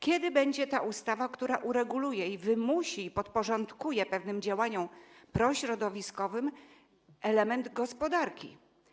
Kiedy będzie ta ustawa, która to ureguluje i wymusi, podporządkuje pewnym działaniom prośrodowiskowym element gospodarki?